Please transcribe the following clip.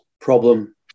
problem